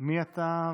מי אתה,